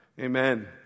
Amen